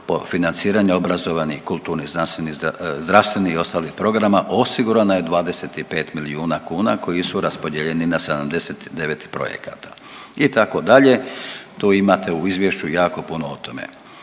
po financiranju obrazovanih, kulturnih, zdravstvenih i ostalih programa osigurano je 25 milijuna kuna koji su raspodijeljeni na 79 projekata, itd. Tu imate u Izvješću jako puno o tome.